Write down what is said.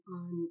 on